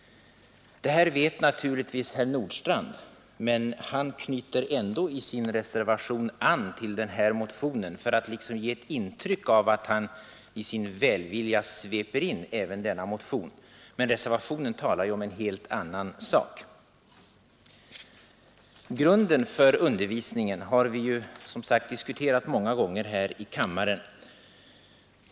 Detta vet naturligtvis herr Nordstrandh, men han knyter ändå i sin reservation an till motionen, för att liksom ge ett intryck av att han i sin välvilja sveper in även denna motion. Men reservationen gäller en helt annan sak. Grunden för undervisningen har vi som sagt diskuterat många gånger här i kammaren.